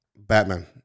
Batman